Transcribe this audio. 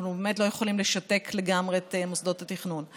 אנחנו באמת לא יכולים לשתק לגמרי את מוסדות התכנון.